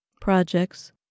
projects